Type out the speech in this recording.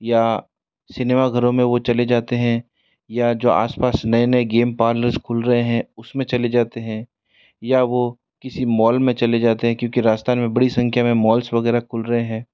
या सिनेमा घरों में वो चले जाते हैं या जो आस पास नए नए गेम पार्लरस खुल रहे हैं उसमें चले जाते हैं या वो किसी मॉल में चले जाते हैं क्योंकि राजस्थान में बड़ी संख्या में मॉलस वग़ैरह खुल रहे हैं